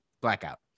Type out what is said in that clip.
blackout